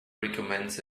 recommends